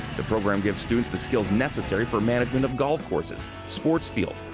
the program gives students the skills necessary for management of golf courses, sports fields,